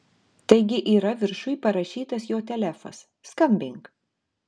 taigi yra viršuj parašytas jo telefas skambink